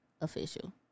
official